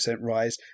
rise